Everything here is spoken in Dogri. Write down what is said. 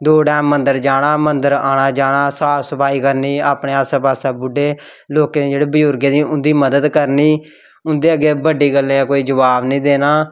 दो टैम मंदर जाना मंदर आना जाना साफ सफाई करनी अपने आसै पासै बुड्ढे लोकें दी जेह्ड़े बजुर्गें दी उं'दी मदद करनी उं'दे अग्गें बड्डें दी गल्लै दा कोई जबाव निं देना